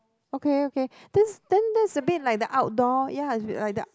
okay okay this then this is a bit like the outdoor ya it's been like the